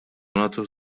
nagħtu